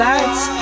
Lights